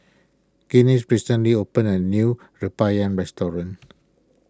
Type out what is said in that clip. Glennis recently opened a new Rempeyek restaurant